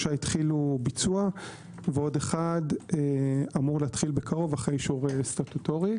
שלושה התחילו ביצוע ועוד אחד אמור להתחיל בקרוב אחרי אישור סטטוטורי.